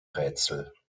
rätsel